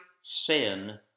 sin